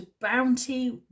bounty